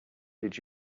did